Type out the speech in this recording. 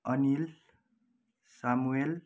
Anil Samuel